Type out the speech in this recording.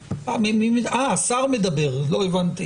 אדוני השר, בבקשה.